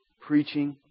preaching